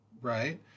right